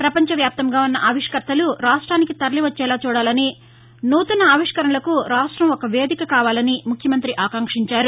ప్రపంచవ్యాప్తంగా ఉన్న ఆవిష్కర్తలు రాష్టొనికి తరలి వచ్చేలా చూడాలని నూతన ఆవిష్కరణలకు రాష్టం ఒక వేదిక కావాలని ముఖ్యమంగ్రి ఆకాంక్షించారు